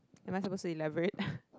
am I supposed to elaborate